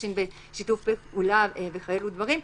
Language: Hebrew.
גירושים בשיתוף פעולה וכאלה דברים,